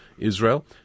Israel